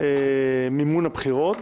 מימון הבחירות.